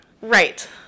Right